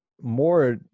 more